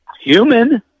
human